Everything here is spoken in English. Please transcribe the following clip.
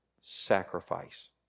Sacrifice